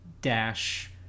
dash